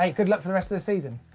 ah good luck for the rest of the season.